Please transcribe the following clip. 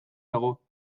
dago